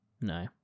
No